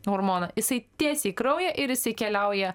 hormoną jisai tiesiai į kraują ir jisai keliauja